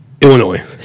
Illinois